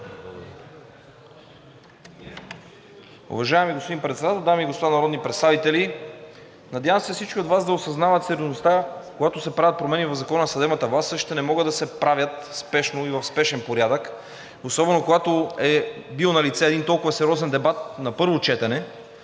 Уважаеми господин Председател, дами и господа народни представители! Надявам се всички от Вас да осъзнават сериозността, когато се правят промени в Закона за съдебната власт – същите не могат да се правят спешно, в спешен порядък, особено когато е бил налице толкова сериозен дебат на първо четене.